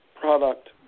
product